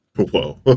whoa